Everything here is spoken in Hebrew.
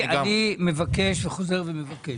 רולנד אני מבקש וחוזר ומבקש,